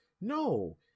No